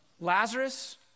Lazarus